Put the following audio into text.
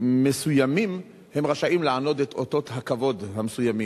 מסוימים הם רשאים לענוד את אותות הכבוד המסוימים,